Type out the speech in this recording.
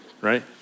right